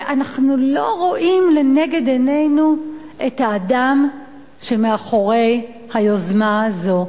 ואנחנו לא רואים לנגד עינינו את האדם שמאחורי היוזמה הזאת.